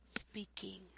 speaking